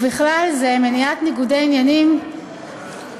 ובכלל זה מניעת ניגודי עניינים, אולי שיהיו בשקט?